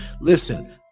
Listen